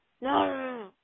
No